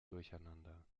durcheinander